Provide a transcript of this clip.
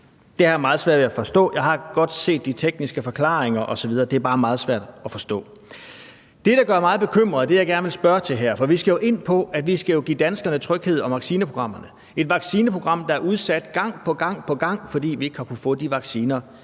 har jeg meget svært ved at forstå. Jeg har godt set de tekniske forklaringer osv.; det er bare meget svært at forstå. Det, der gør mig bekymret, er det, jeg gerne vil spørge til her, for vi skal jo give danskerne tryghed om vaccineprogrammet. Det er et vaccineprogram, der er udsat gang på gang, fordi vi ikke har kunnet få de vacciner,